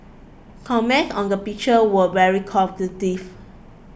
comments on the picture were very positive